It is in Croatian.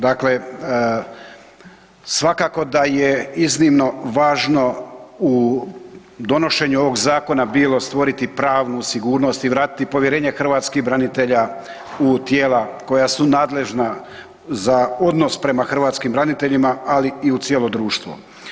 Dakle, svakako da je iznimno važno u donošenju ovog zakona bilo stvoriti pravnu sigurnost i vratiti povjerenje hrvatskih branitelja u tijela koja su nadležna za odnos prema hrvatskim braniteljima, ali i u cijelo društvo.